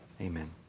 Amen